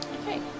Okay